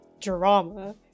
drama